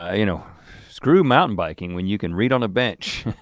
ah you know screw mountain biking when you can read on a bench.